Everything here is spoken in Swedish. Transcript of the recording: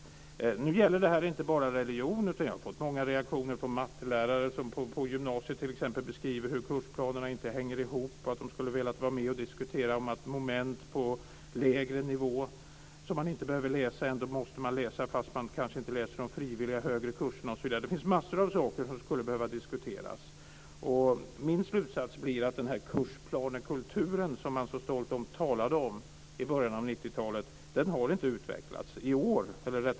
Nu gäller detta inte bara religion. Jag har fått många reaktioner från matematiklärare på t.ex. gymnasiet som beskriver hur kursplanerna inte hänger ihop och att de skulle ha velat vara med och diskutera moment på lägre nivå som man inte behöver läsa. Ändå måste man läsa dem trots att man kanske inte läser de frivilliga högre kurserna, osv. Det finns massor av saker som skulle behöva diskuteras. Min slutsats blir att denna kursplanekultur som man så stolt talade om i början av 90-talet inte har utvecklats.